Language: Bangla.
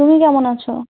তুমি কেমন আছো